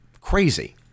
crazy